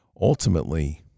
ultimately